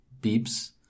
beeps